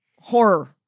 Horror